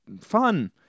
fun